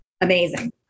amazing